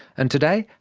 and today,